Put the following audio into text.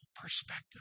perspective